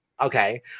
Okay